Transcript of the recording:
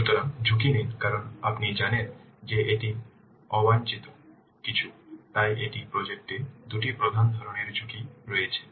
সুতরাং ঝুঁকি নিন কারণ আপনি জানেন যে এটি অবাঞ্ছিত কিছু তাই একটি প্রজেক্ট এ দুটি প্রধান ধরণের ঝুঁকি রয়েছে